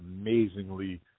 amazingly